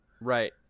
Right